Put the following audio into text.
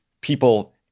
people